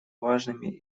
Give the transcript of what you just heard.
важными